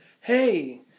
hey